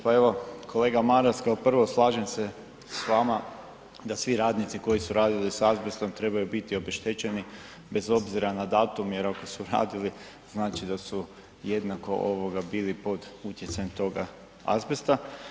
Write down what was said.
Pa evo kolega Maras kao prvo slažem se s vama da svi radnici koji su radili s azbestom trebaju biti obeštećeni bez obzira na datum jer ako su radili znači da su jednako ovoga bili pod utjecajem toga azbesta.